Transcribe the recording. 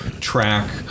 track